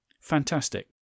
Fantastic